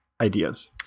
ideas